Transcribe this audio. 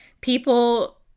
people